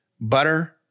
butter